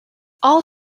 all